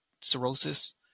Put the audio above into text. cirrhosis